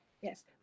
Yes